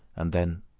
and then,